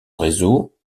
réseau